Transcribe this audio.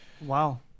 wow